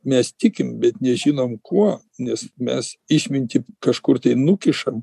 mes tikim bet nežinom kuo nes mes išmintį kažkur tai nukišam